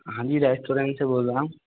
हाँ जी रेस्टोरेंट से बोल रहा हूँ